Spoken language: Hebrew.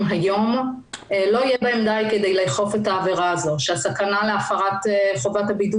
היום לא יהיה בהם די כדי לאכוף את העבירה הזאת והסכנה להפרת חובת הבידוד